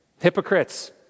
hypocrites